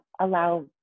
allow